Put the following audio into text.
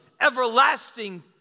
everlasting